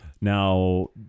Now